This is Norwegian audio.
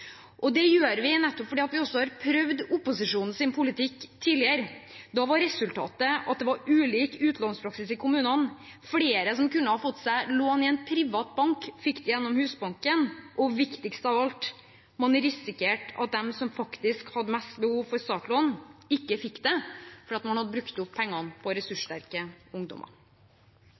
Det gjør vi fordi vi har prøvd opposisjonens politikk tidligere. Da var resultatet at det var ulik utlånspraksis i kommunene. Flere som kunne ha fått seg lån i en privat bank, fikk lån gjennom Husbanken. Og – viktigst av alt – man risikerte at de som faktisk hadde mest behov for startlån, ikke fikk det, fordi man hadde brukt opp pengene på ressurssterke ungdommer.